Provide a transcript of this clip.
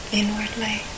inwardly